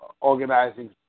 organizing